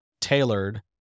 tailored